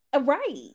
right